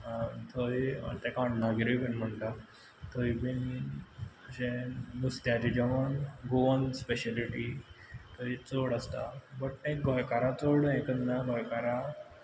थंय तेका अण्णागेर बीन म्हणटा थंय बीन अशें नुस्त्याचें जेवण गोवन स्पेशिएलिटी थंय चड आसता बट तें गोंयकारां चड हें करना गोंयकारां